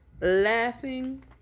laughing